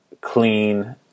clean